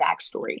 backstory